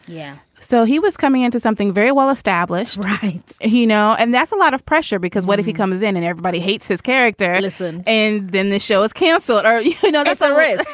yeah. so he was coming into something very well established. right. you know, and that's a lot of pressure because what if he comes in and everybody hates his character? listen. and then the show was canceled. um yeah no, that's all right.